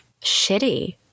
Shitty